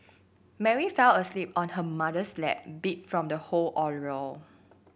Mary fell asleep on her mother's lap beat from the whole ordeal